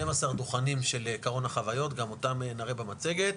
12 דוכנים של קרון החוויות, גם אותם נראה במצגת.